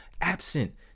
absent